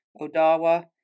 Odawa